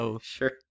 Sure